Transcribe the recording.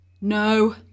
No